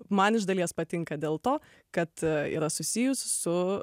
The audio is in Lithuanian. man iš dalies patinka dėl to kad yra susijus su